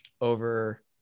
over